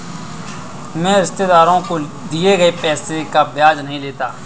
मैं रिश्तेदारों को दिए गए पैसे का ब्याज नहीं लेता